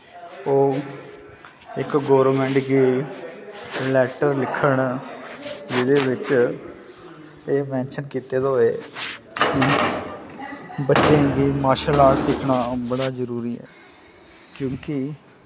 ओह् इक गोरमैंट गी लैटर लिखन जेह्दे विच एह् मैंशन कीते दा होए बच्चें गी मार्शल आर्ट सिक्खना बड़ा जरूरी ऐ क्योंकि